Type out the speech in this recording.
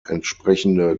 entsprechende